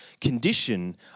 condition